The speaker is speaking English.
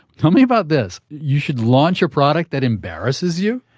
tell me about this you should launch a product that embarrasses you?